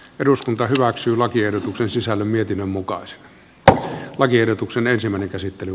eduskunta hyväksyi lakiehdotuksen sisällön mietinnön mukaan se tuo lakiehdotuksen ensimmäinen myöten